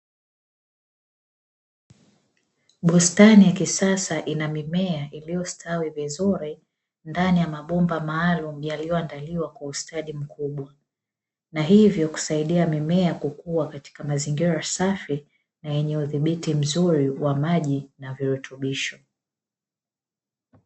Bustani ya kisasa, ina mimea iliyostawi vizuri ndani ya mabomba maalumu yaliyoandaliwa kwa ustadi mkubwa. Na hivyo kusaidia mimea kukua katika mazingira safi na yenye udhibiti mzuri wa maji na virutubisho.